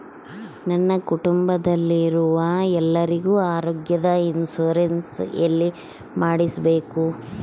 ನನ್ನ ಕುಟುಂಬದಲ್ಲಿರುವ ಎಲ್ಲರಿಗೂ ಆರೋಗ್ಯದ ಇನ್ಶೂರೆನ್ಸ್ ಎಲ್ಲಿ ಮಾಡಿಸಬೇಕು?